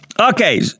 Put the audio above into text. okay